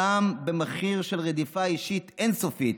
גם במחיר של רדיפה אישית אין-סופית.